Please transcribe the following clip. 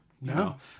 No